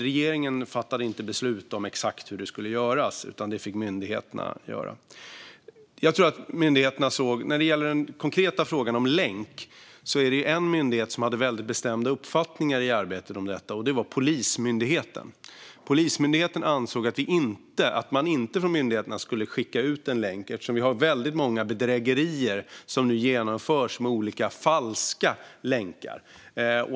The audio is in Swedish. Regeringen fattade inte beslut om exakt hur det skulle göras, utan det fick myndigheterna göra. När det gäller den konkreta frågan om länk var det en myndighet som hade väldigt bestämda uppfattningar, och det var Polismyndigheten. Polismyndigheten ansåg att myndigheterna inte skulle skicka ut en länk eftersom vi ser att väldigt många bedrägerier nu genomförs med olika falska länkar.